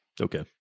Okay